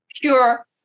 Pure